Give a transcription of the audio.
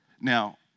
Now